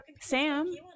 Sam